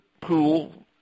pool